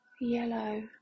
yellow